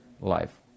life